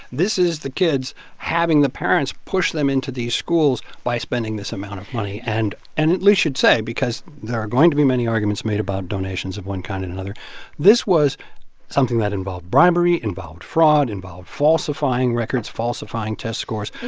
this is the kids having the parents push them into these schools by spending this amount of money. and and we should say because there are going to be many arguments made about donations of one kind and another this was something that involved bribery, involved involved fraud, involved falsifying records, falsifying test scores.